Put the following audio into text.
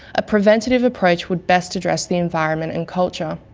a preventative approach would best address the environment and culture.